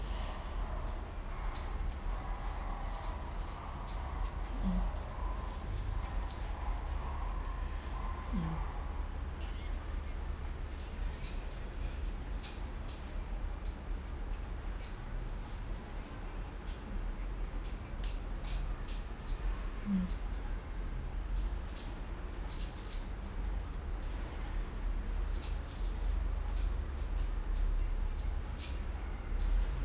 mm mm mm